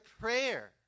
prayer